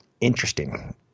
Interesting